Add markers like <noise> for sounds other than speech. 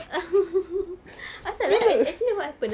<laughs> apasal ah ac~ actually what happen ah